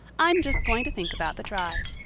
i'm just going to think about the drive.